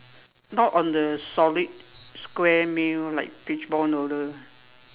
not on the solid square meal like fishball noodle